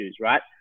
right